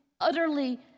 utterly